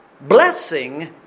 blessing